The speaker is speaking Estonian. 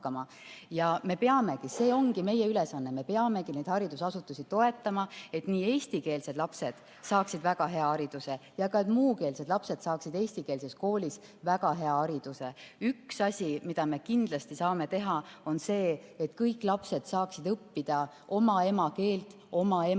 hakkama. See ongi meie ülesanne, me peamegi neid haridusasutusi toetama, et eestikeelsed lapsed saaksid väga hea hariduse ja ka muukeelsed lapsed saaksid eestikeelses koolis väga hea hariduse. Üks asi, mida me kindlasti saame teha, on see, et kõik lapsed saaksid õppida oma emakeelt emakeelena,